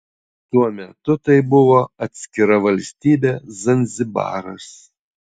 tuo metu tai buvo atskira valstybė zanzibaras